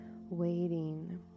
waiting